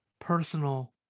personal